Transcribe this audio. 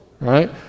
Right